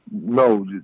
No